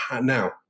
Now